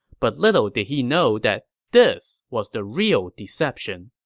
but little did he know that this was the real deception.